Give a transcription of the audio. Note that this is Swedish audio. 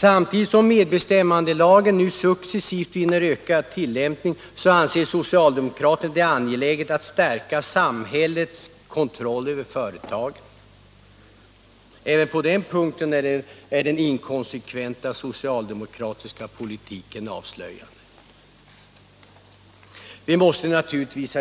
Samtidigt som medbestämmandelagen nu successivt vinner ökad tillämpning anser socialdemokraterna det angeläget att stärka samhällets kontroll över företagen. Även på den punkten är den inkonsekventa socialdemokratiska politiken avslöjande. Vi måste naturligtvis